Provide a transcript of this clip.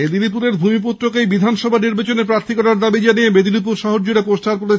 মেদিনীপুরের ভূমিপুত্রকেই বিধানসভা নির্বাচনে প্রার্থী করার দাবি জানিয়ে মেদিনীপুর শহর জুড়ে পোস্টার পড়েছে